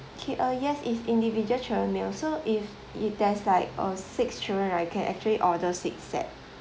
okay uh yes it's individual child meal so if if there's like uh six children right you can actually order six sets